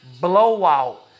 blowout